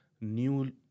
new